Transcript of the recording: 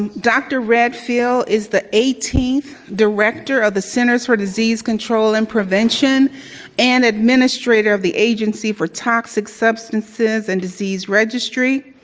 dr. redfield is the eighteenth director of the centers for disease control and prevention and administrator of the agency for toxic substances and disease registry.